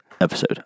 episode